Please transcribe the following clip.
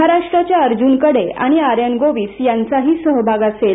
महाराष्ट्राच्या अर्ज्न कढे आणि आर्यन गोविस यांचाही सहभाग असेल